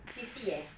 fifty eh